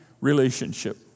relationship